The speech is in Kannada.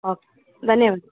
ಓಕೆ ಧನ್ಯವಾದ